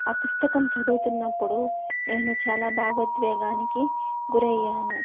ఆ పుస్తకం చదువుతున్నప్పుడు నేను చాలా భావోద్వేగానికి గురయ్యాను